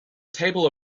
table